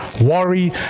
worry